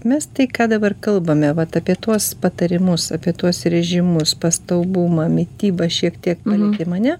mes tai ką dabar kalbame vat apie tuos patarimus apie tuos režimus pastovumą mitybą šiek tiek palietėm ane